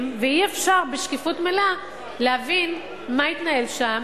ואי-אפשר בשקיפות מלאה להבין מה התנהל שם,